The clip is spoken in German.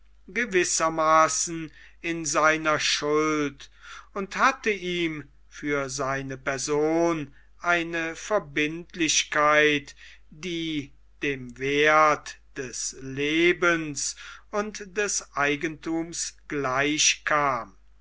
gewissermaßen in seiner schuld und hatte ihm für seine person eine verbindlichkeit die dem werth des lebens und des eigenthums gleichkam